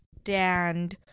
stand